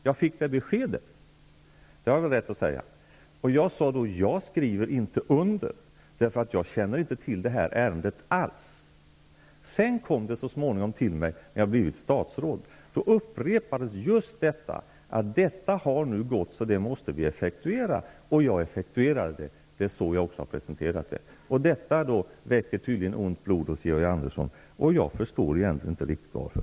Jag sade då att jag inte ville skriva under, därför att jag inte alls kände till ärendet. Sedan kom det så småningom till mig när jag hade blivit statsråd, och då upprepades just detta att det hade gått så långt att vi måste effektuera det. Jag gjorde det. Det är så jag har presenterat det. Det väcker tydligen ont blod hos Georg Andersson, och jag förstår egentligen inte riktigt varför.